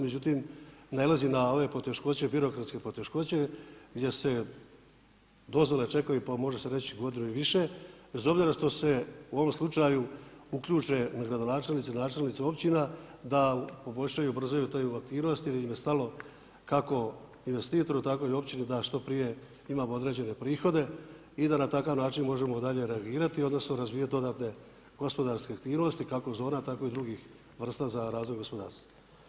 Međutim, nailazi na ove poteškoće birokratske poteškoće gdje se dozvole čekaju pa može se reći godinu i više, bez obzira što se u ovom slučaju uključe gradonačelnici, načelnici općina da poboljšaju i ubrzaju tu aktivnost jer im je stalo, kako investitoru, tako i općini da što prije imamo određene prihode i da na takav način možemo dalje reagirati odnosno razvijati odavde gospodarske aktivnosti, kako zona, tako i drugih vrsta za razvoj gospodarstva.